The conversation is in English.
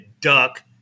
duck